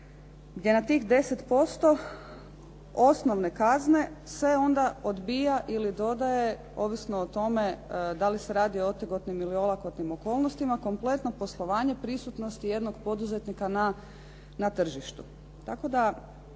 gdje na tih 10% osnovne kazne se onda odbija ili dodaje ovisno o tome da li se radi o otegotnim ili olakotnim okolnostima kompletno poslovanje prisutnosti jednog poduzetnika na tržištu,